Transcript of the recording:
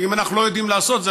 ואם אנחנו לא יודעים לעשות את זה,